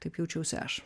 taip jaučiausi aš